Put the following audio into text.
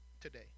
today